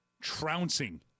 trouncing